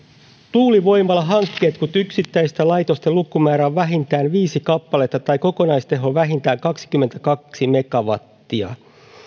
tuulivoimalahankkeet kun yksittäisten laitosten lukumäärä on vähintään viisi kappaletta tai kokonaisteho vähintään kaksikymmentäkaksi megawattia